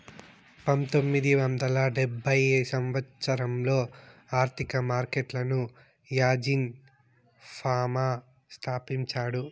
పంతొమ్మిది వందల డెబ్భై సంవచ్చరంలో ఆర్థిక మార్కెట్లను యాజీన్ ఫామా స్థాపించాడు